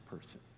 person